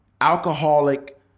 alcoholic